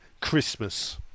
Christmas